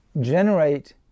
generate